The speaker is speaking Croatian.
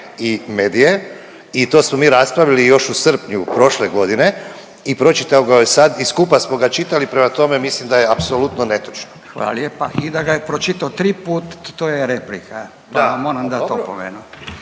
i medije i to smo mi raspravili još u srpnju prošle godine i pročitao ga je sad i skupa smo ga čitali, prema tome, mislim da je apsolutno netočno. **Radin, Furio (Nezavisni)** Hvala lijepa. I da ga je pročitao triput, to je replika … .../Upadica: